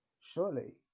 Surely